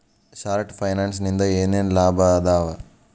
short ಫೈನಾನ್ಸಿನಿಂದ ಏನೇನ್ ಲಾಭದಾವಾ